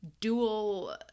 dual